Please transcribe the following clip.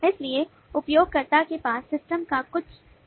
इसलिए उपयोगकर्ता के पास सिस्टम का कुछ दृश्य है